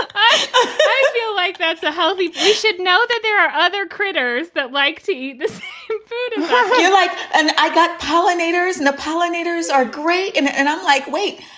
i feel like that's the healthy. you should know that there are other critters that like to eat this like and i got pollinators and the pollinators are great and and i'm like, wait,